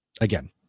again